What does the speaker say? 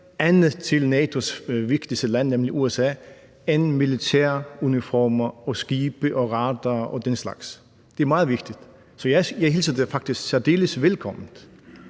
andet til NATO's vigtigste land, nemlig USA, end militæruniformer, skibe, radarer og den slags. Det er meget vigtigt, så jeg hilser det faktisk særdeles velkommen.